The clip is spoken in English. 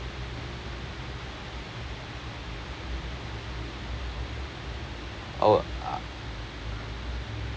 oh ah